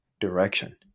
direction